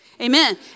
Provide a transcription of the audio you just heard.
Amen